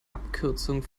abkürzung